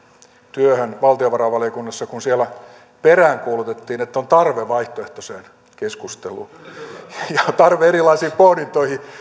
työhön valtiovarainvaliokunnassa kun siellä peräänkuulutettiin että on tarve vaihtoehtoiseen keskusteluun ja tarve erilaisiin pohdintoihin